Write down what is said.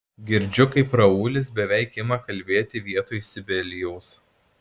girdžiu kaip raulis beveik ima kalbėti vietoj sibelijaus